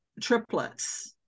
triplets